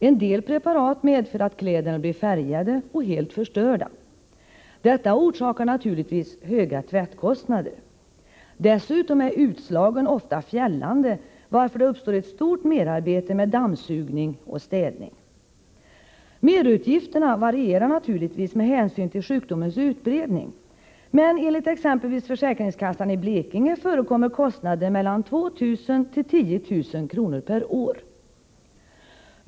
En del preparat medför att kläderna blir färgade och helt förstörda. Detta orsakar naturligtvis höga tvättkostnader. Dessutom är utslagen ofta fjällande, varför det uppstår ett stort merarbete med dammsugning och städning. Merutgifterna varierar naturligtvis med hänsyn till sjukdomens utbredning, men enligt exempelvis försäkringskassan i Blekinge förekommer kostnader mellan 2 000 kr. och 10 000 kr. per år.